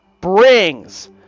brings